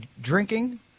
drinking